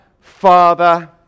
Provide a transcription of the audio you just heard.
Father